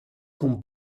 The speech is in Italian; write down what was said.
con